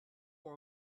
been